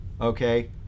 Okay